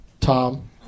Tom